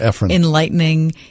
enlightening